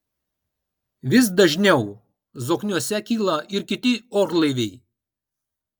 vis dažniau zokniuose kyla ir kiti orlaiviai